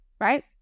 Right